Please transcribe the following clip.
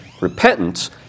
repentance